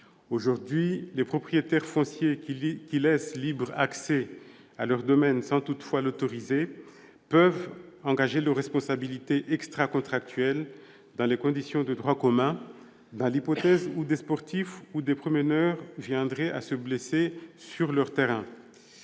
Aujourd'hui, les propriétaires fonciers qui laissent libre accès à leur domaine, sans toutefois l'autoriser, peuvent engager leur responsabilité extracontractuelle dans les conditions de droit commun, dans l'hypothèse où des sportifs ou des promeneurs viendraient à se blesser sur leur terrain.